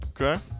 Okay